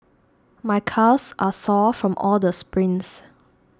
my calves are sore from all the sprints